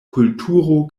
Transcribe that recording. kulturo